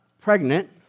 pregnant